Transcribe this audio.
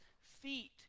feet